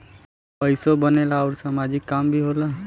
पइसो बनेला आउर सामाजिक काम भी होला